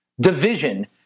division